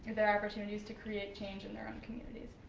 their opportunities to create change in their own communities.